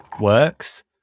works